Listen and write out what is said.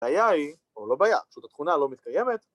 ‫הבעיה היא, או לא בעיה. ‫פשוט התכונה לא מתקיימת.